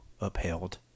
upheld